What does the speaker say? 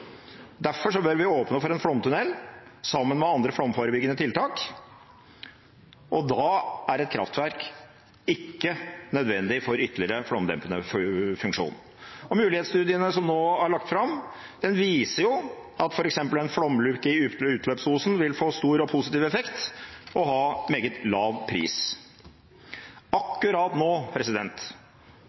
Derfor bør vi åpne for en flomtunnel, sammen med andre flomforebyggende tiltak, og da er et kraftverk ikke nødvendig for en ytterligere flomdempende funksjon. Mulighetsstudien som nå er lagt fram, viser at f.eks. en flomluke i utløpsosen vil få stor og positiv effekt og ha meget lav pris. Akkurat nå